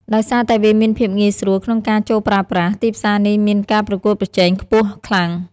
ដោយសារតែវាមានភាពងាយស្រួលក្នុងការចូលប្រើប្រាស់ ទីផ្សារនេះមានការប្រកួតប្រជែងខ្ពស់ខ្លាំង។